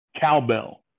Cowbell